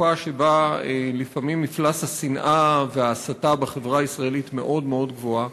בתקופה שבה לפעמים מפלס השנאה וההסתה בחברה הישראלית מאוד גבוה.